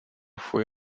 fué